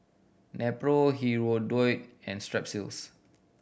Nepro Hirudoid and Strepsils